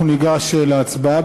אנחנו ניגש להצבעה,